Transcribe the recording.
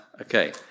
Okay